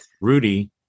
Rudy